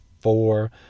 four